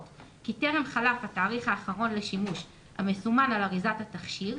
כי טרם חלף התאריך האחרון לשימוש המסומן על אריזת התכשיר,